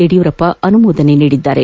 ಯಡಿಯೂರಪ್ಪ ಅನುಮೋದನೆ ನೀಡಿದ್ದಾರೆ